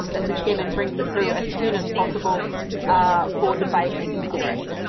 um that the chair and brings it through as soon as possible for debate and consideration.